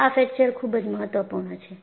આ ફ્રેકચર ખુબ જ મહત્વપૂર્ણ છે